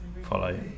follow